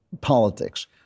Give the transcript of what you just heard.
politics